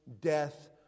death